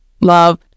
love